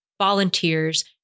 volunteers